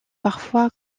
parfois